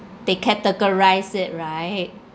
they categorise it right